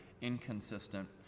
inconsistent